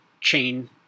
chain